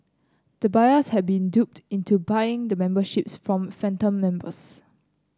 the buyers had been duped into buying the memberships from phantom members